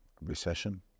recession